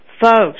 folks